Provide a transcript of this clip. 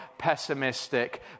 pessimistic